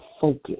focus